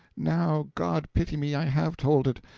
now god pity me, i have told it!